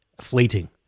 fleeting